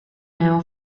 now